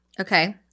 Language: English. Okay